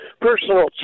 personal